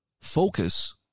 focus